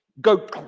go